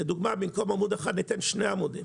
במקום עמוד אחד ניתן שני עמודים.